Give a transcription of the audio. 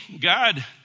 God